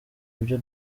ibyo